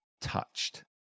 touched